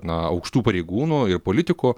na aukštų pareigūnų ir politikų